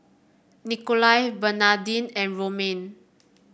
Nikolai Bernadine and Romaine